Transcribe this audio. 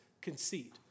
conceit